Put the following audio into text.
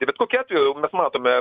tai bet kokiu atveju mes matome